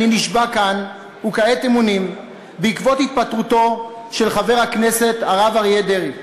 אני נשבע כאן וכעת אמונים בעקבות התפטרותו של חבר הכנסת הרב אריה דרעי,